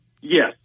Yes